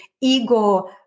ego